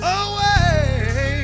away